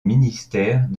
ministère